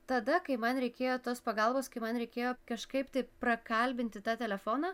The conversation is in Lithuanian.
tada kai man reikėjo tos pagalbos kai man reikėjo kažkaip tai prakalbinti tą telefoną